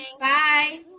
Bye